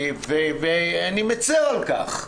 ואני מצר על כך,